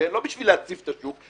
לא בשביל להציף את השוק,